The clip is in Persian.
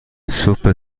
سوپ